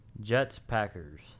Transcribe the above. Jets-Packers